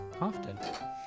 often